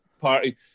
party